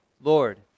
Lord